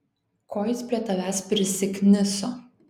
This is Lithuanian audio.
ko jis prie tavęs prisikniso